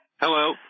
Hello